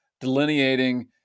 delineating